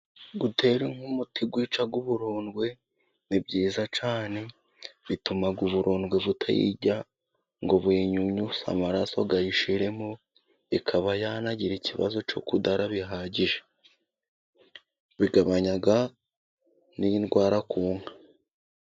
Gutera nk'umuti wica uburundwe ni byiza cyane, bituma uburondwe butayirya ngo buyinyunyuze amaraso ayishiremo, ikaba yanagira ikibazo cyo kudara bihagije. Bigabanyaga n'indwara ku nka.